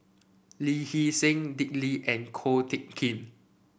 Lee Hee Seng Dick Lee and Ko Teck Kin